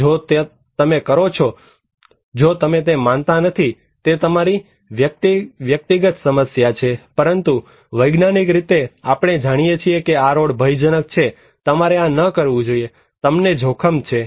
અને જો તમે તે કરો છો જો તમે તે માનતા નથી તે તમારી વૈયક્તિક સમસ્યા છે પરંતુ વૈજ્ઞાનિક રીતે આપણે જાણીએ છીએ કે આ રોડ ભયજનક છે તમારે આ ન કરવું જોઈએ તમને જોખમ છે